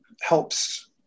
helps